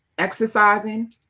exercising